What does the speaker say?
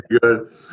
Good